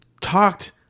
talked